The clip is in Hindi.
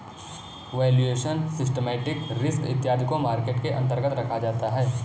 वैल्यूएशन, सिस्टमैटिक रिस्क इत्यादि को मार्केट के अंतर्गत रखा जाता है